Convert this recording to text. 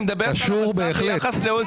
אני מדבר כאן על המצב ביחס ל-OECD.